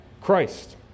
Christ